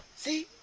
see?